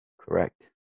correct